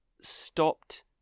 stopped